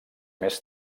més